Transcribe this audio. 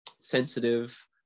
sensitive